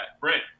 Brent